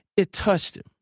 it touched him.